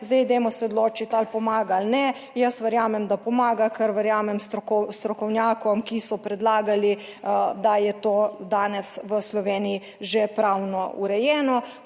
Zdaj, dajmo se odločiti ali pomaga ali ne. Jaz verjamem, da pomaga, ker verjamem strokovnjakom, ki so predlagali, da je to danes v Sloveniji že pravno urejeno.